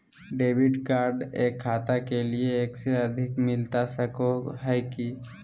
Debit card एक खाता के लिए एक से अधिक मिलता सको है की?